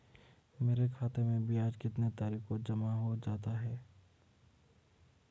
मेरे खाते में ब्याज कितनी तारीख को जमा हो जाता है?